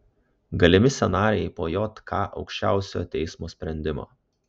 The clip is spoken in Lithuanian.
galimi scenarijai po jk aukščiausiojo teismo sprendimo